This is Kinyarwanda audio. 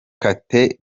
bale